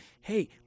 hey